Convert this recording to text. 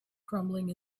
crumbling